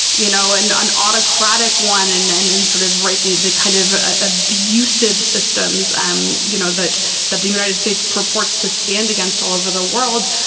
you know, and an autocratic one and and and sort of. right. the the kind of abusive systems, um you know, that that the united states purports to stand against all over the world,